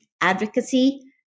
Advocacy